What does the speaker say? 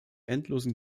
endlosen